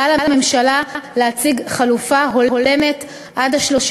ועל הממשלה להציג חלופה הולמת עד 30